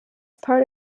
part